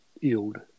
yield